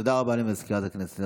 תודה רבה לסגנית מזכיר הכנסת.